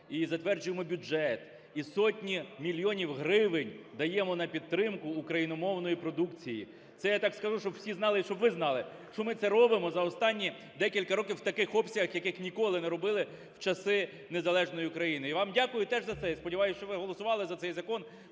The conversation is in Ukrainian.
і затверджуємо бюджет, і сотні мільйонів гривень даємо на підтримку україномовної продукції. Це я так скажу, щоб всі знали і щоб ви знали, що ми це робимо за останні декілька років у таких обсягах, в яких ніколи не робили в часи незалежної України. І вам дякую теж за це, і сподіваюсь, що ви голосували за цей закон,